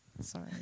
Sorry